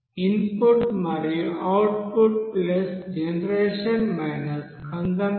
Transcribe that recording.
input మరియు output generation consumption